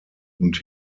und